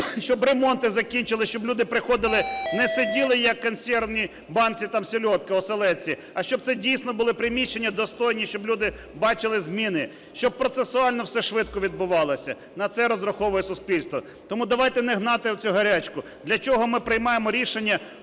щоб ремонти закінчились, щоб люди приходили, не сиділи як в консервній банці там селедка, оселедці, а щоб це дійсно були приміщення достойні, щоб люди бачили зміни, щоб процесуально все швидко відбувалося. На це розраховує суспільство. Тому давайте не гнати оцю гарячку. Для чого ми приймаємо рішення